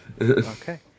Okay